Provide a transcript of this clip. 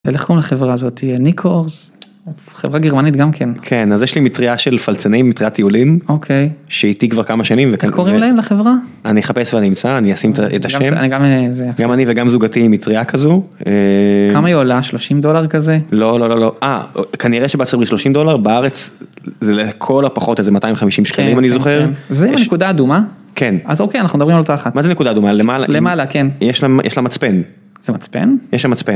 איך קוראים לחברה הזאתי? יוניקורס? חברה גרמנית גם כן כן אז יש לי מטריה של פלצנים, מטריית טיולים. אוקיי. שאיתי כבר כמה שנים איך קוראים להם, לחברה? אני אחפש ואני אמצא, אני אשים את השם גם אני וגם זוגתי עם מטריה כזו. כמה היא עולה, 30 דולר כזה? לא לא לא לא, אה כנראה שבעצם 30 דולר בארץ זה לכל הפחות איזה 250 שקלים אם אני זוכר. זה עם הנקודה האדומה? כן. אז אוקיי, אנחנו מדברים על אותה אחת. מה זה נקודה אדומה? למעלה. למעלה, כן. יש שם מצפן. זה מצפן? יש שם מצפן.